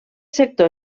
sector